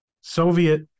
Soviet